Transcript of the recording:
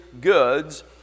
goods